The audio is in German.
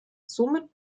somit